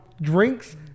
drinks